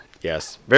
Yes